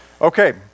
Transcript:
Okay